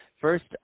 first